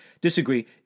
disagree